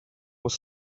was